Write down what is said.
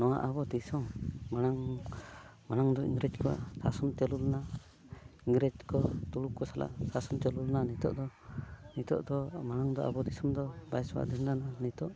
ᱱᱚᱣᱟ ᱟᱵᱚ ᱫᱤᱥᱚᱢ ᱢᱟᱲᱟᱝ ᱢᱟᱲᱟᱝ ᱫᱚ ᱤᱝᱨᱮᱡᱽ ᱠᱚᱣᱟᱜ ᱥᱟᱥᱚᱱ ᱪᱟᱹᱞᱩ ᱞᱮᱱᱟ ᱤᱝᱨᱮᱡᱽ ᱠᱚ ᱛᱩᱲᱩᱠ ᱠᱚ ᱥᱟᱞᱟᱜ ᱥᱟᱥᱚᱱ ᱪᱟᱹᱞᱩ ᱞᱮᱱᱟ ᱱᱤᱛᱚᱜ ᱫᱚ ᱱᱤᱛᱚᱜ ᱫᱚ ᱢᱟᱲᱟᱝ ᱫᱚ ᱟᱵᱚ ᱫᱤᱥᱚᱢ ᱫᱚ ᱵᱟᱭ ᱥᱟᱹᱫᱷᱤᱱ ᱞᱮᱱᱟ ᱱᱤᱛᱚᱜ